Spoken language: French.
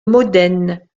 modène